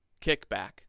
kickback